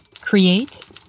create